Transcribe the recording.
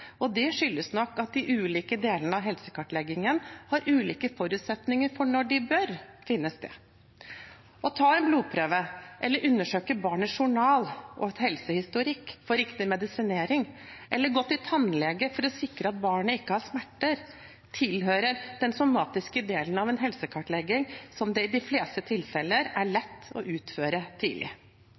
og det skyldes nok at de ulike delene av helsekartleggingen har ulike forutsetninger for når de bør finne sted. Å ta en blodprøve eller undersøke barnets journal og helsehistorikk for riktig medisinering, eller gå til tannlege for å sikre at barnet ikke har smerter, tilhører den somatiske delen av en helsekartlegging som det i de fleste tilfeller er lett å utføre tidlig.